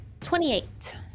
Twenty-eight